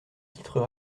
titres